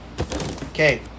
Okay